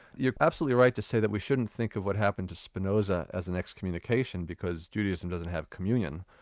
you're absolutely right to say that we shouldn't think of what happened to spinoza as an excommunication, because judaism doesn't have communion.